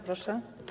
Proszę.